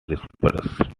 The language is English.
dispersed